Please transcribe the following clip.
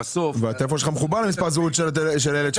הטלפון שלך מחובר למספר הזהות של הילד שלך.